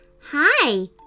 hi